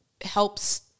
helps